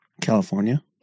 California